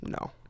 No